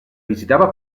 visitava